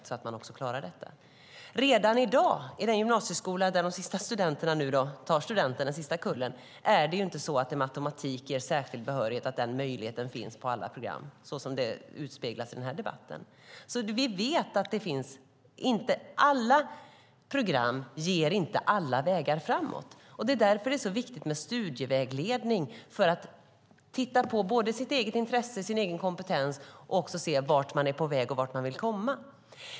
I dag, när den sista kullen i den gamla gymnasieskolan tar studenten, är det inte heller så att de per automatik får en särskild behörighet och att den möjligheten finns på alla program, såsom det förespeglas i debatten. Vi vet att inte alla program ger alla vägar framåt. Det är därför det är så viktigt med studievägledning så att man får titta på sitt eget intresse och sin egen kompetens och se vart man är på väg och vart man vill komma.